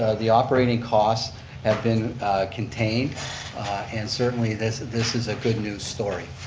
the operating costs have been contained and certainly this this is a good news story.